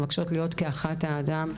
מבקשות להיות כאחת האדם,